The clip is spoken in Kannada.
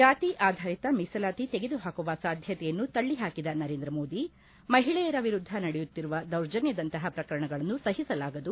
ಜಾತಿ ಆಧಾರಿತ ಮೀಸಲಾತಿ ತೆಗೆದುಹಾಕುವ ಸಾಧ್ಯತೆಯನ್ನು ತಲ್ಲಹಾಕಿದ ನರೇಂದ್ರ ಮೋದಿ ಮಹಿಳೆಯರ ವಿರುದ್ದ ನಡೆಯುತ್ತಿರುವ ದೌರ್ಜನ್ಲದಂತಹ ಪ್ರಕರಣಗಳನ್ನು ಸಹಿಸಲಾಗದು